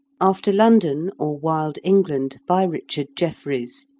after london or wild england by richard jefferies